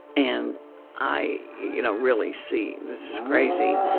and i, you know, really see this is crazy,